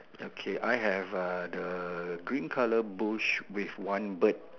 okay I have the green colour bush with one bird